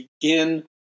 begin